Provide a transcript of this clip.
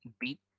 beat